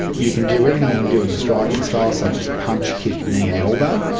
you can do everything you can do in the striking style, such as punch, kick, knee, and elbow,